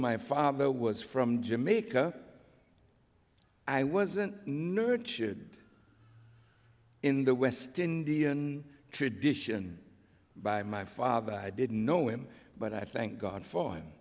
my father was from jamaica i wasn't nurtured in the west indian tradition by my father i didn't know him but i thank god for